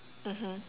mmhmm